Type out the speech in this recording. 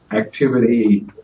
activity